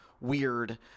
weird